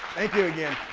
thank you again.